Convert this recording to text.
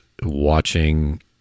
watching